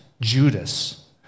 Judas